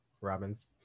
Robin's